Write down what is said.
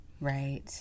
right